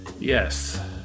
Yes